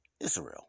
Israel